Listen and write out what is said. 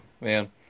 man